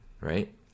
right